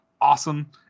awesome